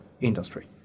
industry